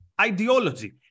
ideology